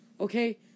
Okay